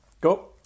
Go